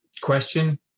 question